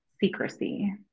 secrecy